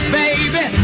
baby